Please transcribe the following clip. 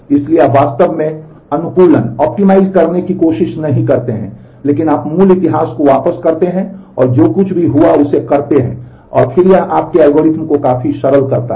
इसलिए आप वास्तव में अनुकूलन करने की कोशिश नहीं करते हैं लेकिन आप मूल इतिहास को वापस ट्रेस करते हैं और जो कुछ भी हुआ है उसे करते हैं और फिर यह आपके एल्गोरिथ्म को काफी सरल करता है